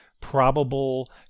probable